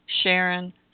Sharon